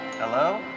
hello